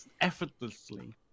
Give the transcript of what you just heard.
effortlessly